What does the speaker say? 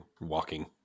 walking